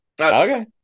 okay